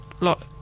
lot